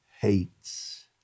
hates